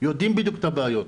יודעים בדיוק את הבעיות,